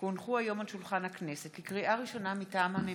על שולחן הכנסת, לקריאה ראשונה, מטעם הממשלה: